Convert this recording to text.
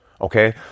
okay